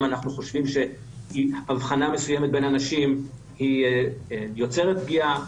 אנחנו חושבים שהבחנה מסוימת בין אנשים היא יוצרת פגיעה,